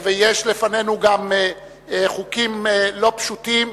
ויש לפנינו גם חוקים לא פשוטים,